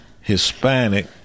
Hispanic